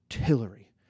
artillery